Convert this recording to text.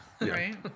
Right